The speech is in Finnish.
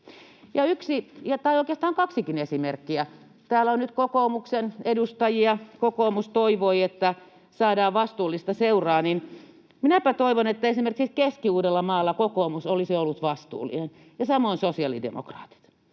Yksi tai oikeastaan kaksikin esimerkkiä: Täällä on nyt kokoomuksen edustajia. Kun kokoomus toivoi, että saadaan vastuullista seuraa, niin minäpä toivon, että esimerkiksi Keski-Uudellamaalla kokoomus olisi ollut vastuullinen, samoin sosiaalidemokraatit.